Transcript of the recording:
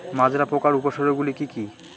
মাজরা পোকার উপসর্গগুলি কি কি?